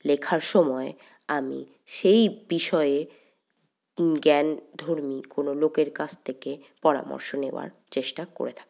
লেখার সময় আমি সেই বিষয়ে জ্ঞান ধর্মী কোনো লোকের কাছ থেকে পরামর্শ নেওয়ার চেষ্টা করে থাকি